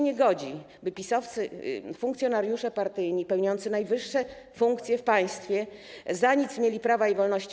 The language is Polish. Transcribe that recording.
Nie godzi się, by PiS-owscy funkcjonariusze partyjni pełniący najwyższe funkcje w państwie za nic mieli prawa i wolności.